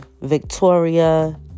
Victoria